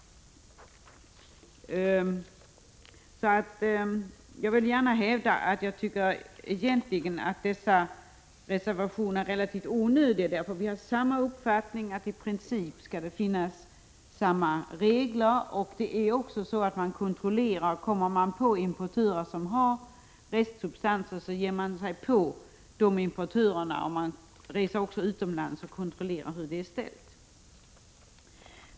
Jag vill gärna hävda att jag egentligen tycker att dessa reservationer är relativt onödiga. Vi har samma uppfattning, i princip skall det finnas samma regler. Kommer man på importörer som har restsubstanser i sina produkter, ger man sig på dem, och man reser också utomlands och kontrollerar hur det är ställt.